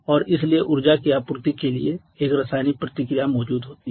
और इसलिए ऊर्जा की आपूर्ति के लिए एक रासायनिक प्रतिक्रिया मौजूद होती है